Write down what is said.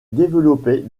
développait